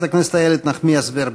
חברת הכנסת איילת נחמיאס ורבין.